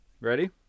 Ready